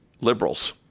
liberals